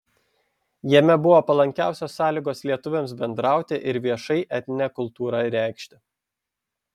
jame buvo palankiausios sąlygos lietuviams bendrauti ir viešai etninę kultūrą reikšti